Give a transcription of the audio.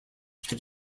had